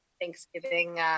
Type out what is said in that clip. Thanksgiving